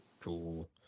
Cool